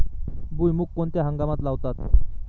भुईमूग कोणत्या हंगामात लावतात?